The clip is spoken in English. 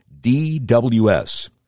DWS